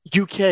UK